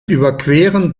überqueren